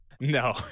no